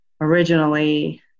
originally